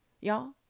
y'all